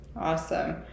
Awesome